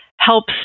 helps